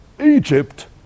Egypt